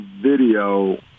video